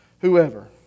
whoever